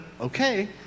okay